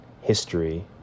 history